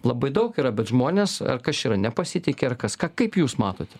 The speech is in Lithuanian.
labai daug yra bet žmonės kas čia yra nepasitiki ar kas ką kaip jūs matot